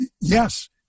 yes